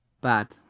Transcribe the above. Bad